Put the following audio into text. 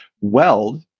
weld